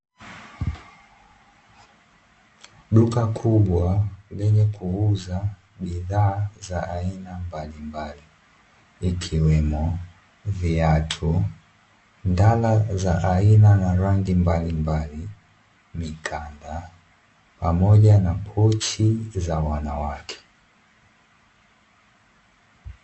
Duka kubwa lenye kuuza bidhaa za aina mbalimbali ikiwemo viatu, ndala za aina na rangi mbalimbali, mikanda, pamoja na pochi za wanawake.